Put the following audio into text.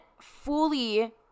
fully